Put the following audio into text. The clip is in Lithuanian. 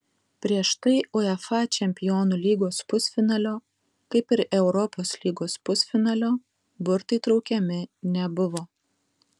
prieš tai uefa čempionų lygos pusfinalio kaip ir europos lygos pusfinalio burtai traukiami nebuvo